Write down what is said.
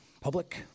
public